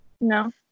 No